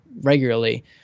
regularly